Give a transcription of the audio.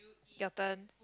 your turns